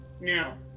Now